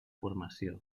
formació